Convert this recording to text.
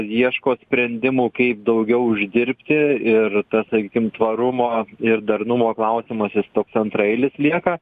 ieško sprendimų kaip daugiau uždirbti ir tas sakykim tvarumo ir darnumo klausimas jis toks antraeilis lieka